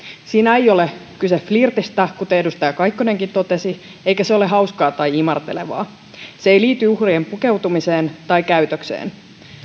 siinä ei ole kyse flirtistä kuten edustaja kaikkonenkin totesi eikä se ole hauskaa tai imartelevaa se ei liity uhrien pukeutumiseen tai käytökseen